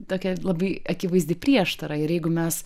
tokia labai akivaizdi prieštara ir jeigu mes